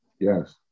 Yes